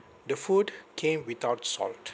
the food came without salt